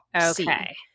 Okay